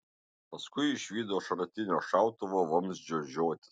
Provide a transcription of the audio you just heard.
paskui išvydo šratinio šautuvo vamzdžio žiotis